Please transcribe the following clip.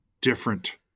different